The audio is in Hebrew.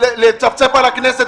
לצפצף על הכנסת,